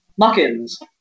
muckins